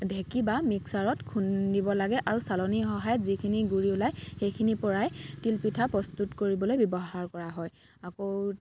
ঢেঁকী বা মিক্সাৰত খুন্দিব লাগে আৰু চালনীৰ সহায়ত যিখিনি গুড়ি ওলাই সেইখিনিৰ পৰাই তিলপিঠা প্ৰস্তুত কৰিবলৈ ব্যৱহাৰ কৰা হয় আকৌ